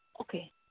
Okay